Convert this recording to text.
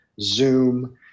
zoom